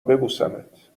ببوسمت